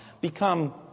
become